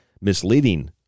misleading